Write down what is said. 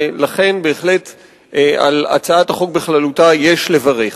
ולכן בהחלט על הצעת החוק בכללותה יש לברך.